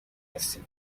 هستیم